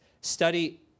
study